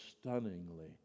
stunningly